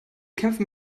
kämpfen